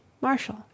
Marshall